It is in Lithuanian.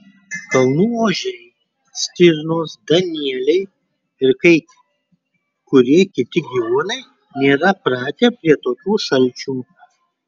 kalnų ožiai stirnos danieliai ir kai kurie kiti gyvūnai nėra pratę prie tokių šalčių